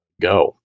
go